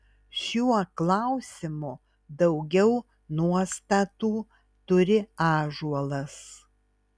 šiuo klausimu daugiau nuostatų turi ąžuolas